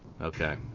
Okay